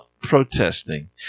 protesting